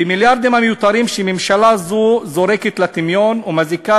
במיליארדים המיותרים שממשלה זו זורקת לטמיון ומזיקה